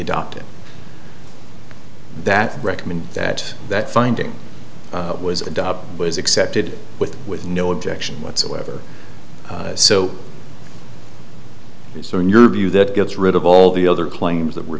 adopted that recommend that that finding was adopted was accepted with with no objection whatsoever so your view that gets rid of all the other claims that we're